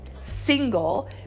single